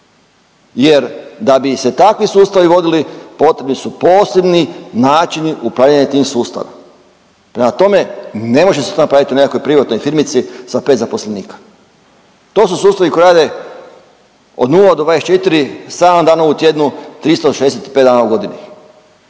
jer da bi se takvi sustavi vodili, potrebni su posebni načini upravljanja tim sustavom. Prema tome, ne može se to napraviti u nekakvoj privatnoj firmici sa 5 zaposlenika. To su sustavi koji rade od 0-24, 7 dana u tjednu, 365 dana u godini